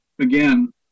again